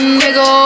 nigga